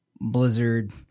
Blizzard –